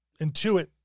intuit